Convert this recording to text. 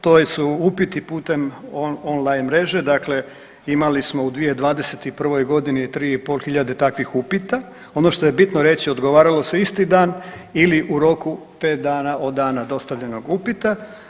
To je su upiti putem online mreže, dakle imali smo u 2021. g. 3,5 hiljade takvih upita, ono što je bitno reći, odgovaralo se isti dan ili u roku 5 dana od dana dostavljenog upita.